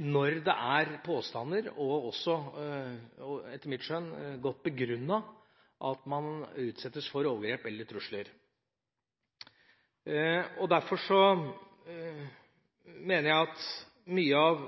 når det foreligger påstander om overgrep eller trusler, og det, etter mitt skjønn, er godt begrunnet at man utsettes for dette. Derfor mener jeg at vi i mye av